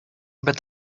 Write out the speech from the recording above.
but